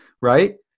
right